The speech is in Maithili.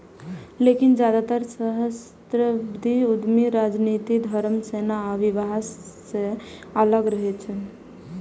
लेकिन जादेतर सहस्राब्दी उद्यमी राजनीति, धर्म, सेना आ विवाह सं अलग रहै छै